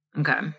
Okay